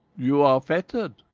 you are fettered,